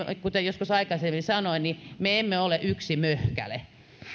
kuten joskus aikaisemmin sanoin niin me emme ole yksi möhkäle